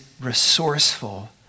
resourceful